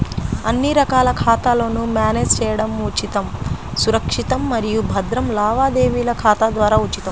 అన్ని రకాల ఖాతాలను మ్యానేజ్ చేయడం ఉచితం, సురక్షితం మరియు భద్రం లావాదేవీల ఖాతా ద్వారా ఉచితం